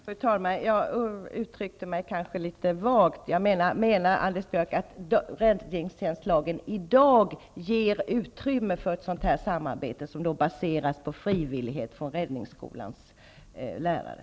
Fru talman! Jag uttryckte mig kanske litet vagt. Menar Anders Björck att räddningstjänstlagen i dag ger utrymme för ett sådant samarbete, som baseras på frivillighet från räddningsskolans lärare?